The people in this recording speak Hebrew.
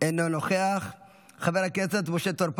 אינו נוכח, חבר הכנסת משה טור פז,